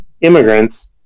immigrants